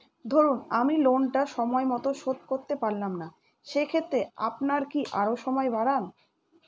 ধরুন আমি লোনটা সময় মত শোধ করতে পারলাম না সেক্ষেত্রে আপনার কি আরো সময় বাড়ান?